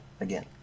Again